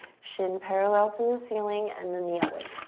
shin parallel to the ceiling and then the other.